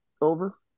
over